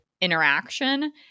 interaction